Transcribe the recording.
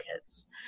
kids